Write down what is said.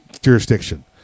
jurisdiction